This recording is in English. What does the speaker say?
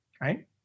right